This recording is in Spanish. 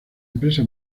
empresa